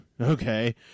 okay